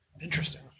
Interesting